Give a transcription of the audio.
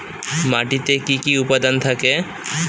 মাটিতে কি কি উপাদান থাকে?